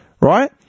right